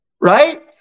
Right